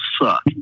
suck